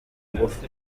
ngufu